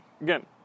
again